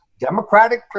Democratic